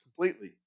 completely